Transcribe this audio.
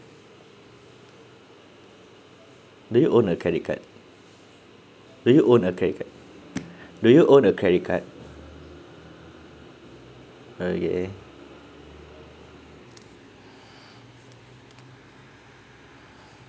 do you own a credit card do you own a credit card do you own a credit card okay